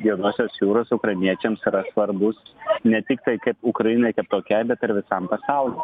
juodosios jūros ukrainiečiams yra svarbus ne tiktai kaip ukrainai kaip tokiai bet ir visam pasauliui